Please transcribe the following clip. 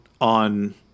on